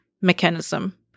mechanism